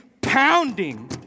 pounding